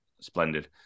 splendid